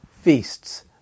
feasts